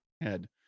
head